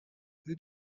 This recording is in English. who